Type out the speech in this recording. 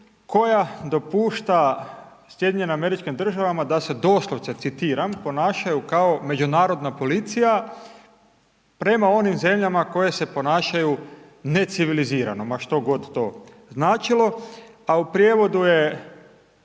koja dopušta Sjedinjenim američkim državama da se, doslovce citiram, „ponašaju kao međunarodna policija, prema onim zemljama koje se ponašaju necivilizirano“, ma što god to značilo, a u prijevodu je